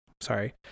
sorry